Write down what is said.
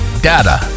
data